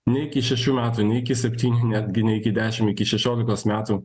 nei iki šešių metų nei iki septynių netgi ne iki dešim iki šešioliko metų